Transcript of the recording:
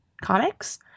comics